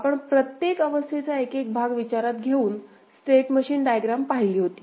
आपण प्रत्येक अवस्थेचा एकेक भाग विचारात घेऊन स्टेट मशीन डायग्राम पाहिली होती